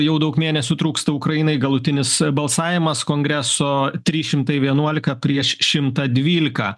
jau daug mėnesių trūksta ukrainai galutinis balsavimas kongreso trys šimtai vienuolika prieš šimtą dvylika